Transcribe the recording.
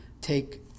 take